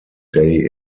day